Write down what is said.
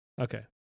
okay